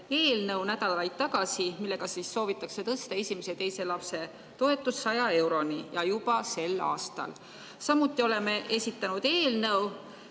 nädalaid tagasi eelnõu, millega soovitakse tõsta esimese ja teise lapse toetus 100 euroni juba sel aastal. Samuti oleme esitanud eelnõu,